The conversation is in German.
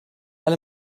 alle